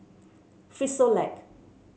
frisolac